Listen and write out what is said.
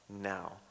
now